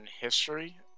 history